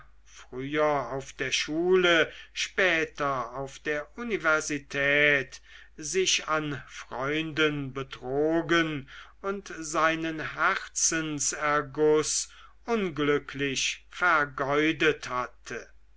früher auf der schule später auf der universität sich an freunden betrogen und seinen herzenserguß unglücklich vergeudet hatte